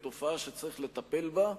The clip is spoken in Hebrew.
היא תופעה שצריך לטפל בה,